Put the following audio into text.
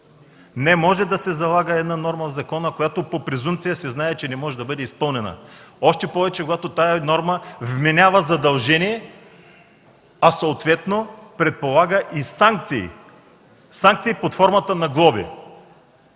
Не може да се залага една норма в закона, която по презумпция се знае, че не може да бъде изпълнена, още повече когато тази норма вменява задължение, а съответно предполага и санкции – санкции под формата на глоби.